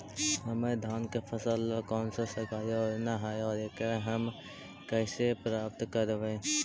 हमर धान के फ़सल ला कौन सा सरकारी योजना हई और एकरा हम कैसे प्राप्त करबई?